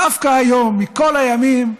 דווקא היום מכל הימים,